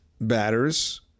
batters